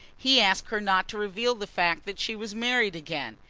he asked her not to reveal the fact that she was married again.